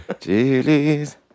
Chili's